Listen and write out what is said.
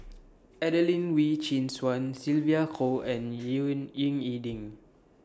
Adelene Wee Chin Suan Sylvia Kho and Ying E Ding